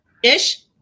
ish